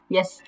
Yes